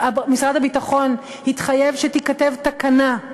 משרד הביטחון התחייב שתיכתב תקנה,